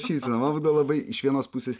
šypseną man būdavo labai iš vienos pusės